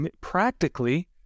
practically